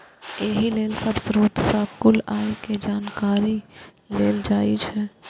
एहि लेल सब स्रोत सं कुल आय के जानकारी लेल जाइ छै